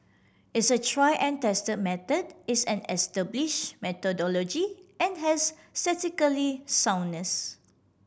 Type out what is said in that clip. it's a try and test method it's an establish methodology and has statistically soundness